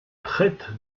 traite